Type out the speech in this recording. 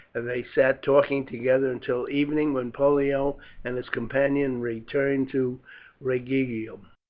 and they sat talking together until evening, when pollio and his companion returned to rhegium.